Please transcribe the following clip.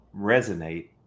resonate